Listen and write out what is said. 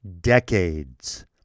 decades